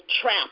trap